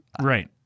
Right